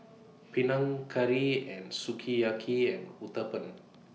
Panang Curry and Sukiyaki and Uthapam